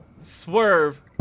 Swerve